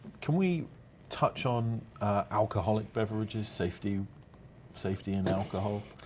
can we touch on alcoholic beverages, safety safety and alcohol?